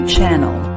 Channel